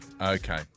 okay